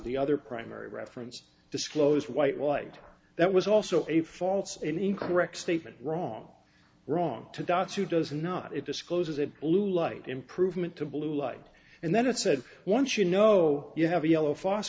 the other primary reference disclose white light that was also a false incorrect statement wrong wrong to dr who does not it discloses a blue light improvement to blue light and then it said once you know you have a yellow fos